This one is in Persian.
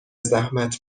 زحمت